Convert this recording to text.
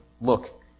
look